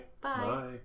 Bye